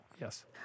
Yes